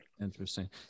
Interesting